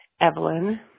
Evelyn